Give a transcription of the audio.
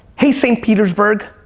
hey, saint petersburg.